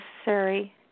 necessary